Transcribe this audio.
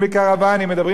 הגנת העורף,